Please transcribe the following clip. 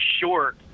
short